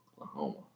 Oklahoma